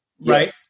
right